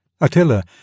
Attila